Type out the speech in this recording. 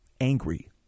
angry